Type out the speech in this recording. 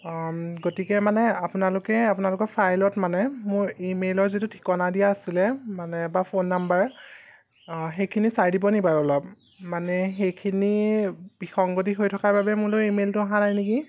গতিকে মানে আপোনালোকে আপোনালোকৰ ফাইলত মানে মোৰ ইমেইলৰ যিটো ঠিকনা দিয়া আছিলে মানে বা ফোন নাম্বাৰ অঁ সেইখিনি চাই দিবনি বাৰু অলপ মানে সেইখিনি বিসংগতি হৈ থকাৰ বাবে মোলৈ ইমেইলটো অহা নাই নেকি